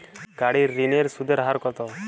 গাড়ির ঋণের সুদের হার কতো?